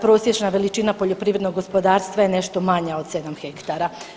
Prosječna veličina poljoprivrednog gospodarstva je nešto manja od 7 hektara.